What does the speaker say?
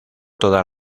toda